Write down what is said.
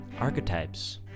archetypes